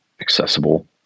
accessible